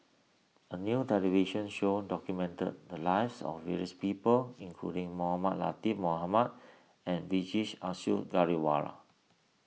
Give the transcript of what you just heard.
a new television show documented the lives of various people including Mohamed Latiff Mohamed and Vijesh Ashok Ghariwala